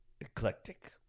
Eclectic